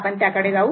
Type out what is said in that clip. आपण त्याकडे जाऊ